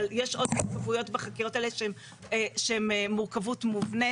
אבל יש עוד מורכבויות בחקירות האלה שהן מורכבות מובנית,